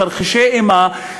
תרחישי אימה,